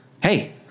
Hey